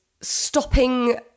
stopping